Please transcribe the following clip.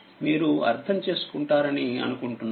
మీరు అర్థం చేసుకుంటారని అనుకుంటున్నాను